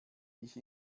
ich